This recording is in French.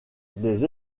des